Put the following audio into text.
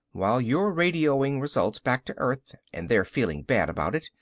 while you're radioing results back to earth and they're feeling bad about it,